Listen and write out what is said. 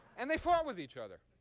and they fought with each other.